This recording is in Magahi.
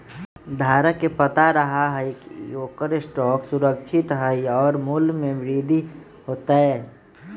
धारक के पता रहा हई की ओकर स्टॉक सुरक्षित हई और मूल्य में वृद्धि होतय